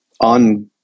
on